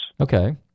Okay